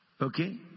Okay